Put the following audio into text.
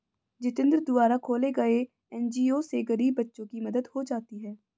जितेंद्र द्वारा खोले गये एन.जी.ओ से गरीब बच्चों की मदद हो जाती है